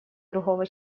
другого